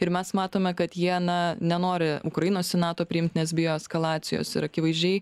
ir mes matome kad jie na nenori ukrainos į nato priimt nes bijo eskalacijos ir akivaizdžiai